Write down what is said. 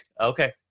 Okay